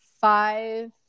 five